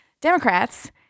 Democrats